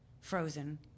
frozen